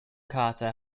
carter